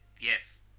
Yes